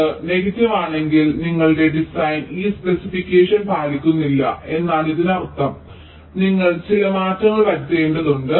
ഇത് നെഗറ്റീവ് ആണെങ്കിൽ നിങ്ങളുടെ ഡിസൈൻ ഈ സ്പെസിഫിക്കേഷൻ പാലിക്കുന്നില്ല എന്നാണ് ഇതിനർത്ഥം നിങ്ങൾ ചില മാറ്റങ്ങൾ വരുത്തേണ്ടതുണ്ട്